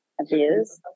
abuse